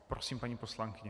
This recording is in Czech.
Prosím, paní poslankyně.